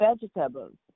vegetables